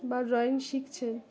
বা ড্রয়িং শিখছেন